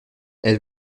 elle